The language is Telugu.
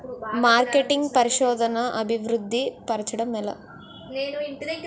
మార్కెటింగ్ పరిశోధనదా అభివృద్ధి పరచడం ఎలా